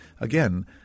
again –